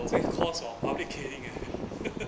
在 calls hor public caning eh